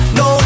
no